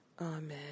Amen